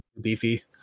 beefy